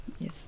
yes